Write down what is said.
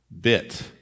bit